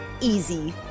Easy